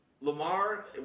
Lamar